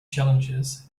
challenges